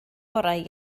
orau